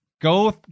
go